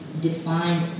define